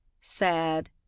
sad